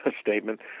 statement